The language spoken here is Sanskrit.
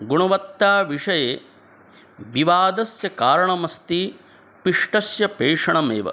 गुणवत्ताविषये विवादस्य कारणमस्ति पिष्टस्य पेषणमेव